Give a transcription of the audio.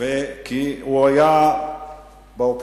כי הוא היה באופוזיציה,